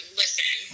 listen